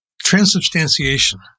transubstantiation